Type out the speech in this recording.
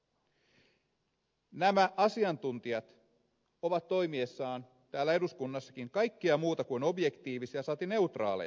nämä asiantuntijat ovat toimiessaan täällä eduskunnassakin kaikkea muuta kuin objektiivisia saati neutraaleja